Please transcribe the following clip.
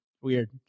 weird